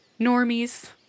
normies